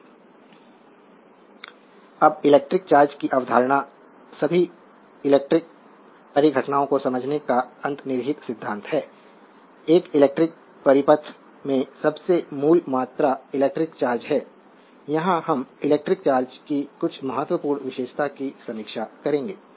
slide समय देखें 1354 अब इलेक्ट्रिक चार्ज की अवधारणा सभी इलेक्ट्रिक परिघटनाओं को समझाने का अंतर्निहित सिद्धांत है एक इलेक्ट्रिक परिपथ में सबसे मूल मात्रा इलेक्ट्रिक चार्ज है यहाँ हम इलेक्ट्रिक चार्ज की कुछ महत्वपूर्ण विशेषता की समीक्षा करेंगे